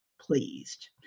pleased